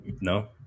No